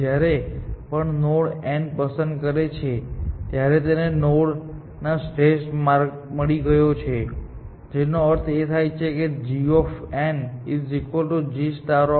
જ્યારે પણ તે નોડ n પસંદ કરે છે ત્યારે તેને તે નોડ નો શ્રેષ્ઠ માર્ગ મળી ગયો છે જેનો અર્થ થાય છે g g